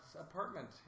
apartment